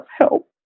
help